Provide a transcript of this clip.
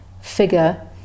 figure